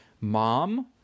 mom